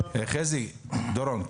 דורון,